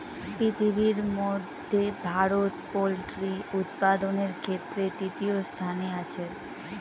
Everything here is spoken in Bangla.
পৃথিবীর মধ্যে ভারত পোল্ট্রি উৎপাদনের ক্ষেত্রে তৃতীয় স্থানে আছে